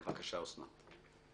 בבקשה, אוסנת.